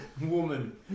Woman